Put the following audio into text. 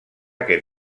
aquest